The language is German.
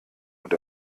und